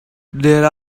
there